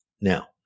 now